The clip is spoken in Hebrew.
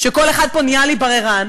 שכל אחד פה נהיה לי בררן,